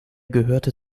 gehörte